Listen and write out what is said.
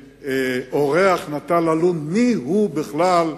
אורח נטה ללון, מיהו בכלל,